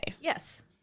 Yes